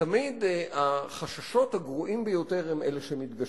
תמיד החששות הגרועים ביותר הם אלה שמתגשמים.